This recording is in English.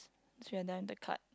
cause we are done with the card